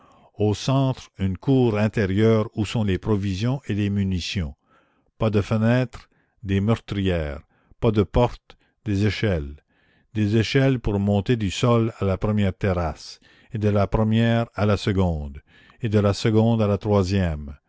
au centre une cour intérieure où sont les provisions et les munitions pas de fenêtres des meurtrières pas de porte des échelles des échelles pour monter du sol à la première terrasse et de la première à la seconde et de la seconde à la troisième